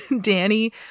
Danny